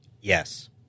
Yes